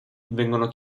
vengono